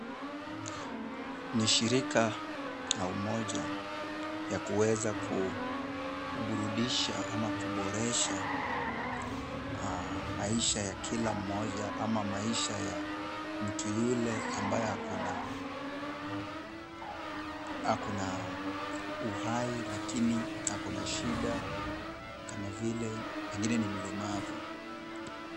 Ni shirika ya umoja ya kuweza kuburudisha ama kuboresha maisha ya kila mmoja ama maisha ya mtu yule ambaye ako na uhai lakini ako na shida kama vile pengine ni mlemavu.